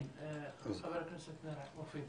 חבר הכנסת מופיד.